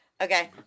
Okay